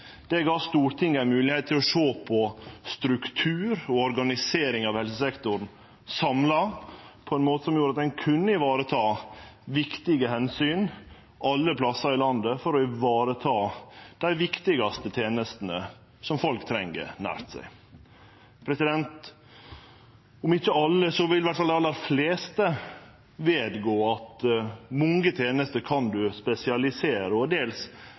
Det gav Stortinget ei moglegheit til å sjå på struktur og organisering av helsesektoren samla, på ein måte som gjorde at ein kunne vareta viktige omsyn alle plassar i landet for å ta vare på dei viktigaste tenestene som folk treng nært seg. Om ikkje alle vil iallfall dei aller fleste vedgå at mange tenester kan ein spesialisere og dels